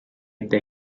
dai